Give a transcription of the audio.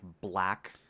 black